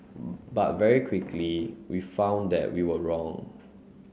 but very quickly we found that we were wrong